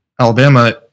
Alabama